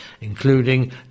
including